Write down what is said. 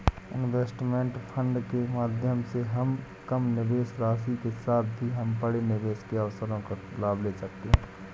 investment fund के माध्यम से हम कम निवेश राशि के साथ भी हम बड़े निवेश के अवसरों का लाभ ले सकते हैं